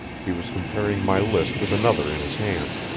he was comparing my list with another in his hand.